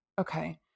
Okay